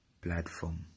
platform